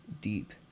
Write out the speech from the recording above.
deep